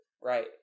Right